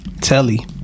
telly